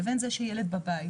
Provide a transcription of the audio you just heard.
לבין זה שילד בבית.